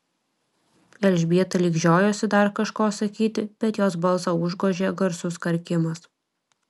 elžbieta lyg žiojosi dar kažko sakyti bet jos balsą užgožė garsus karkimas